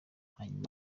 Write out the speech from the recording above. hanyuma